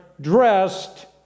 dressed